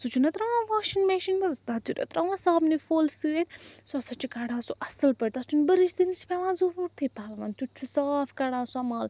سُہ چھِ نا ترٛاوان واشِنٛگ مِشیٖن منٛز تَتھ چھِ نا ترٛاوان صابنہِ پھوٚل سۭتۍ سُہ ہَسا چھُ کَڑان سُہ اصٕل پٲٹھۍ تَتھ چھُنہٕ برٕش دِنٕچ پیٚوان ضُروٗرتھٕے پلوَن تیٛتھ چھُ صاف کَڑان سۄ مَل